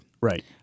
Right